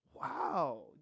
Wow